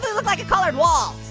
looked like colored wall.